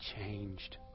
changed